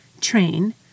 train